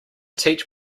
teach